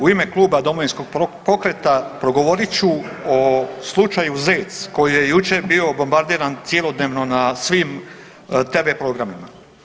U ime Kluba Domovinskog pokreta progovorit ću o slučaju Zec koji je jučer bio bombardiran cjelodnevno na svim tv programima.